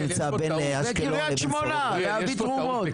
בקריית שמונה להביא תרומות.